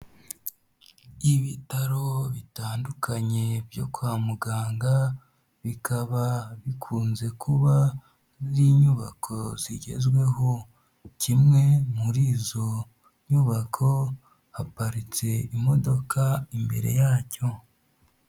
Ibitaro bitandukanye byo kwa muganga, bikaba bikunze kuba mu inyubako zigezweho, kimwe muri izo nyubako, haparitse imodoka imbere yacyo.